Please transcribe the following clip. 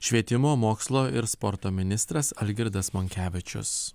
švietimo mokslo ir sporto ministras algirdas monkevičius